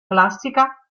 classica